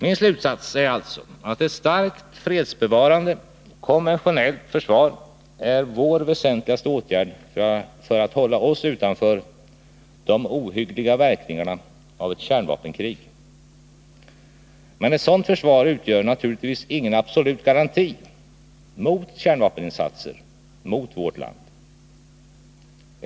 Min slutsats är alltså, att ett starkt, fredsbevarande konventionellt försvar är vår väsentligaste åtgärd för att hålla oss utanför de ohyggliga verkningarna av ett kärnvapenkrig. Men ett sådant försvar utgör naturligtvis ingen absolut garanti mot kärnvapeninsatser mot vårt land.